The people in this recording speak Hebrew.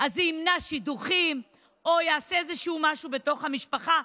אז זה ימנע שידוכים או יעשה איזשהו משהו בתוך המשפחה.